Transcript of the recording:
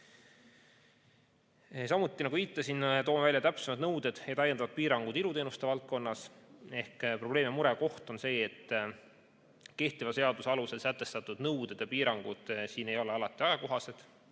Samuti, nagu viitasin, toome välja täpsemad nõuded ja täiendavad piirangud iluteenuste valdkonnas. Probleem ja murekoht on see, et kehtiva seaduse alusel sätestatud nõuded ja piirangud ei ole alati ajakohased